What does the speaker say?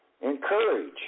encourage